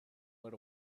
went